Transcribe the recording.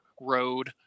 road